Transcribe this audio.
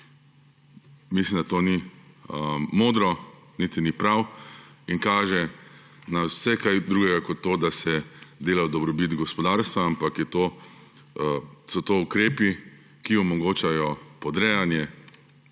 mislim, da to ni modro, niti ni prav. Kaže na vse kaj drugega kot to, da se dela v dobrobit gospodarstva, ampak so to ukrepi, ki omogočajo podrejanje